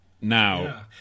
Now